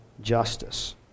justice